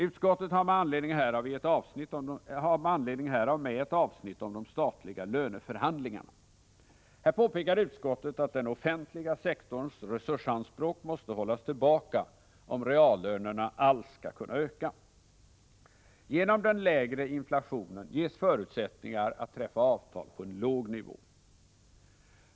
Utskottet har med anledning härav med ett avsnitt om de statliga löneförhandlingarna. Här påpekar utskottet att den offentliga sektorns resursanspråk måste hållas tillbaka, om reallönerna alls skall kunna öka. Genom den lägre inflationen ges förutsättningar att träffa avtal på en låg nivå.